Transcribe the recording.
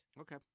Okay